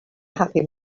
happy